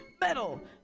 Metal